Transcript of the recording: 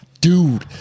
Dude